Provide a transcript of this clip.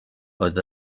oedd